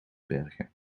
bergen